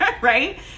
right